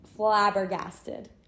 Flabbergasted